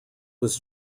was